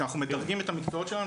שאנחנו מדרגים את המקצועות שלנו,